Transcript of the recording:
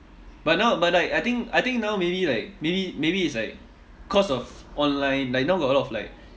but now but like I think I think now maybe like maybe maybe it's like cause of online like now got a lot of like